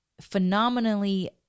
phenomenally